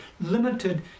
limited